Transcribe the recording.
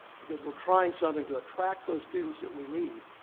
because we're trying something to attract those students that we need.